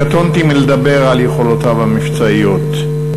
קטונתי מלדבר על יכולותיו המבצעיות,